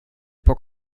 bock